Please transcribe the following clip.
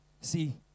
See